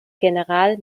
general